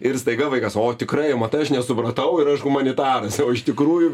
ir staiga vaikas o tikrai matai aš nesupratau ir aš humanitaras o iš tikrųjų